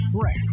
fresh